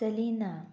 Salina